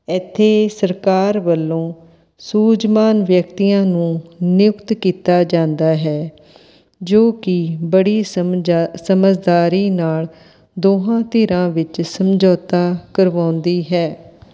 ਇੱਥੇ ਸਰਕਾਰ ਵੱਲੋਂ ਸੂਝਵਾਨ ਵਿਅਕਤੀਆਂ ਨੂੰ ਨਿਯੁਕਤ ਕੀਤਾ ਜਾਂਦਾ ਹੈ ਜੋ ਕਿ ਬੜੀ ਸਮਝ ਸਮਝਦਾਰੀ ਨਾਲ਼ ਦੋਹਾਂ ਧਿਰਾਂ ਵਿੱਚ ਸਮਝੌਤਾ ਕਰਵਾਉਂਦੀ ਹੈ